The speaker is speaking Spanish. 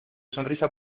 sonrisa